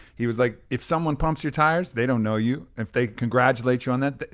he was like, if someone pumps your tires, they don't know you. if they congratulate you on that,